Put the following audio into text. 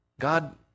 God